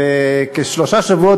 וכשלושה שבועות,